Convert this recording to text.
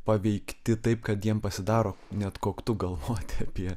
paveikti taip kad jiem pasidaro net koktu galvoti apie